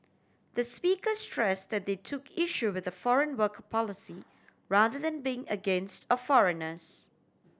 the speaker stress that they took issue with the foreign worker policy rather than being against or foreigners